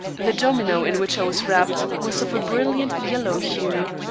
the domino, in which i was wrapped was of a brilliant yellow hue,